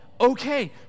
Okay